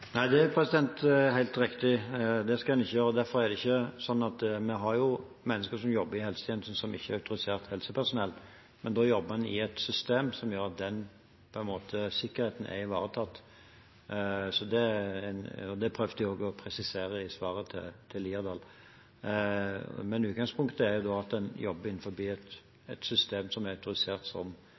Det er helt riktig, det skal en ikke gjøre. Vi har jo mennesker som jobber i helsetjenesten som ikke er autorisert helsepersonell, men da jobber en i et system som gjør at den sikkerheten er ivaretatt. Det prøvde jeg også å presisere i svaret til Haukeland Liadal. Men utgangspunktet er da at en jobber innenfor et system som er autorisert som